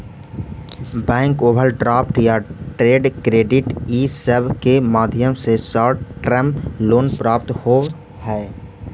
bank overdraft या trade credit इ सब के माध्यम से शॉर्ट टर्म लोन प्राप्त होवऽ हई